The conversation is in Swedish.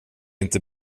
inte